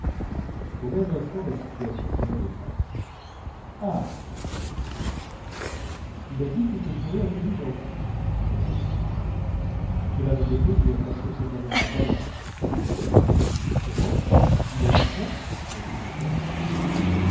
au même instant la situation changea de face ah il a dit qu'il te trouvait intelligent dit ma mère cela me fait plaisir parce que c'est un homme de talent comment il a dit cela reprit mon père